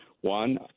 One